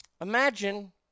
Imagine